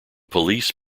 police